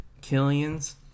Killian's